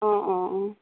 অ অ অ